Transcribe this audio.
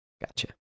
gotcha